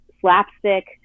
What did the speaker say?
slapstick